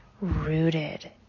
rooted